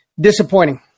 disappointing